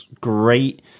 great